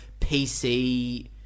PC